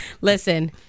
Listen